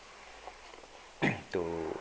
to